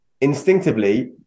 Instinctively